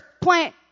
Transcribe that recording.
plant